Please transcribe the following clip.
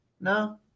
No